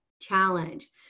Challenge